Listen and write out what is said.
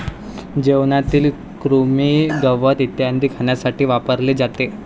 जेवणातील कृमी, गवत इत्यादी खाण्यासाठी वापरले जाते